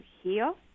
heal